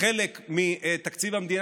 כחלק מתקציב המדינה,